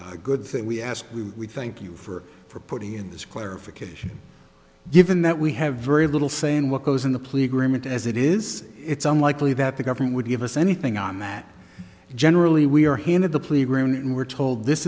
a good thing we asked who we thank you for for putting in this clarification given that we have very little say in what goes in the plea agreement as it is it's unlikely that the government would give us anything on that generally we are handed the plea agreement and we're told this